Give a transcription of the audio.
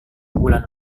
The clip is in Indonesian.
bulan